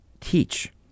teach